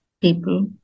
people